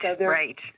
Right